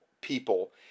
people